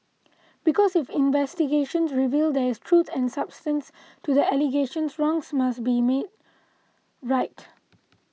because if investigations reveal there is truth and substance to the allegations wrongs must be made right